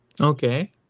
Okay